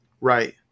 Right